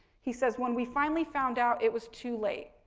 he says, when we finally found out, it was too late.